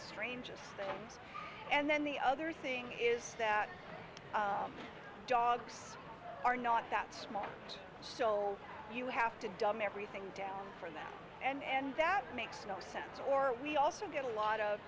strangest things and then the other thing is that dogs are not that smart so you have to dumb everything down for them and that makes no sense or we also get a lot of